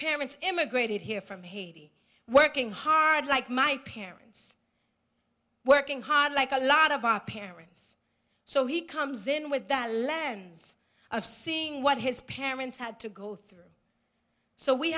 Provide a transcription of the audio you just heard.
parents immigrated here from haiti working hard like my parents working hard like a lot of our parents so he comes in with the lens of seeing what his parents had to go through so we